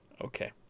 Okay